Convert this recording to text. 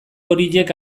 horiek